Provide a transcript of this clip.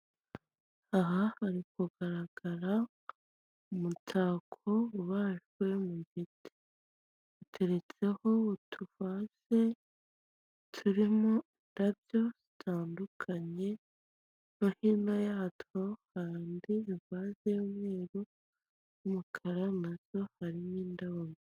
Aha hari kugaragara umutako ubajwe mu giti uteretseho utubaze turimo indabyo zitandukanye no hino yatwo hari andi mavaze y'umweru n'umukara nazo harimo n'indabo.